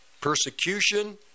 persecution